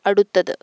അടുത്തത്